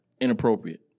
inappropriate